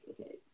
Okay